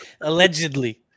allegedly